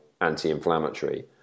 anti-inflammatory